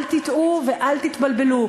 אל תטעו ואל תתבלבלו,